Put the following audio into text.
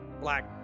black